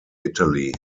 italy